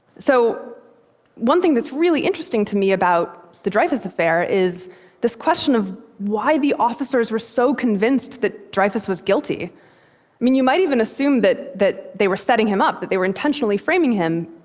so one thing that's really interesting to me about the dreyfus affair is this question of why the officers were so convinced that dreyfus was guilty. i mean, you might even assume that that they were setting him up, that they were intentionally framing him.